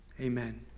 Amen